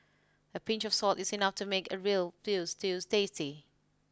a pinch of salt is enough to make a real veal stew tasty